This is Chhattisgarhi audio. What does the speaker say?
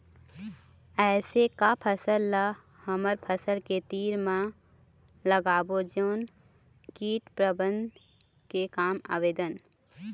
ऐसे का फसल ला हमर फसल के तीर मे लगाबो जोन कीट प्रबंधन के काम आवेदन?